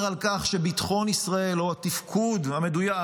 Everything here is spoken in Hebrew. על כך שביטחון ישראל או התפקוד המדויק,